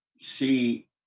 see